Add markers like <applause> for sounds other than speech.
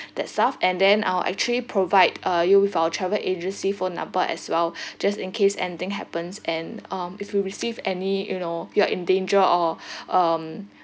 that stuff and then I'll actually provide a you with our travel agency phone number as well <breath> just in case anything happens and um if you receive any you know you're in danger or <breath> um